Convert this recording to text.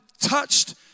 touched